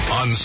on